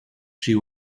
she